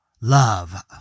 love